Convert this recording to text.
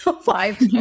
five